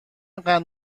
قند